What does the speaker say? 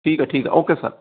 ਠੀਕ ਆ ਠੀਕ ਆ ਓਕੇ ਸਰ